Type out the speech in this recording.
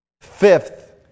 Fifth